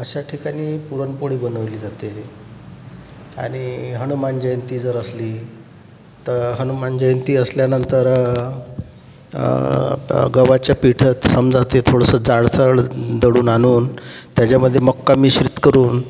अशा ठिकाणी पुरणपोळी बनवली जाते आणि हनुमान जयंती जर असली तर हनुमान जयंती असल्यानंतर गव्हाच्या पिठात समजा ते थोडंसं जाडसर दळून आणून त्याच्यामध्ये मक्का मिश्रित करून